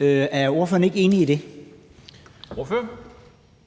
Er ordføreren ikke enig i det?